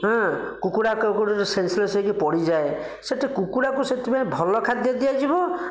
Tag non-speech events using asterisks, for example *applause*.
ହଁ କୁକୁଡ଼ା *unintelligible* ଯେଉଁ ସେନ୍ସଲେସ୍ ହୋଇକି ପଡ଼ିଯାଏ ସେଇଠି କୁକୁଡ଼ାକୁ ସେଥିପାଇଁ ଭଲ ଖାଦ୍ୟ ଦିଆଯିବ